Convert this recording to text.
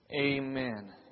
amen